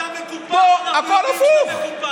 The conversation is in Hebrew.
פה הכול הפוך.